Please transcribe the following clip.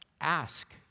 ask